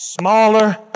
Smaller